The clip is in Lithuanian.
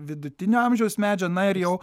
vidutinio amžiaus medžio na ir jau